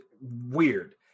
weird